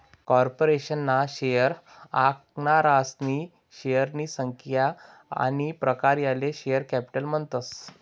corporation ना share आखनारासनी शेअरनी संख्या आनी प्रकार याले शेअर कॅपिटल म्हणतस